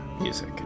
Music